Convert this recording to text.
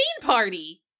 party